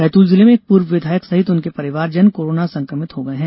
बैतूल जिले में एक पूर्व विधायक सहित उनके परिवार जन कोरोना संक्रमित पाए गये हैं